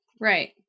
Right